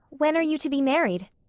when are you to be married?